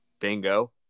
Bingo